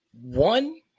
one